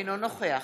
אינו נוכח